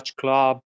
Club